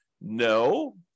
No